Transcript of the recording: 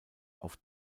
auf